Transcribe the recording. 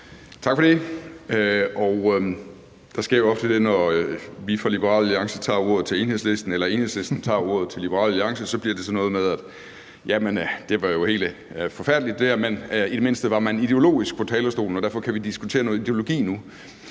Tak for det. Der sker jo ofte det, når vi fra Liberal Alliance tager ordet til Enhedslisten, eller når Enhedslisten tager ordet til Liberal Alliance, at det bliver sådan noget med, at det jo er helt forfærdeligt, men at man i det mindste var ideologisk på talerstolen, og derfor kan vi diskutere noget ideologi nu.